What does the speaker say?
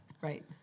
Right